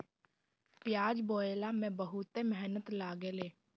पियाज बोअला में बहुते मेहनत लागेला